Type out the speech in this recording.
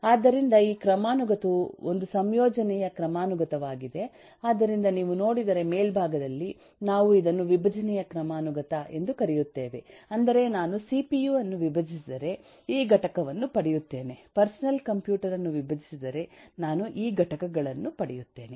ಆದ್ದರಿಂದ ಈ ಕ್ರಮಾನುಗತವು ಒಂದು ಸಂಯೋಜನೆಯ ಕ್ರಮಾನುಗತವಾಗಿದೆ ಆದ್ದರಿಂದ ನೀವು ನೋಡಿದರೆ ಮೇಲ್ಭಾಗದಲ್ಲಿ ನಾವು ಇದನ್ನು ವಿಭಜನೆಯ ಕ್ರಮಾನುಗತ ಎಂದು ಕರೆಯುತ್ತೇವೆ ಅಂದರೆ ನಾನು ಸಿಪಿಯು ಅನ್ನು ವಿಭಜಿಸಿದರೆ ಈ ಘಟಕವನ್ನು ಪಡೆಯುತ್ತೇನೆ ಪರ್ಸನಲ್ ಕಂಪ್ಯೂಟರ್ ಅನ್ನು ವಿಭಜಿಸಿದರೆ ನಾನು ಈ ಘಟಕಗಳನ್ನು ಪಡೆಯುತ್ತೇನೆ